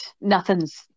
nothing's